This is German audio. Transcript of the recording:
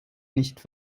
nicht